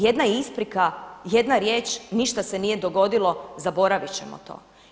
Jedna isprika, jedna riječ ništa se nije dogodilo, zaboraviti ćemo to.